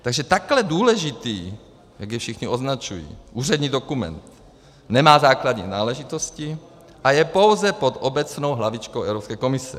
Takže takto důležitý, jak jej všichni označují, úřední dokument nemá základní náležitosti a je pouze pod obecnou hlavičkou Evropské komise.